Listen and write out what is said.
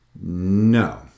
No